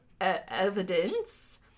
evidence